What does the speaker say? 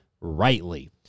rightly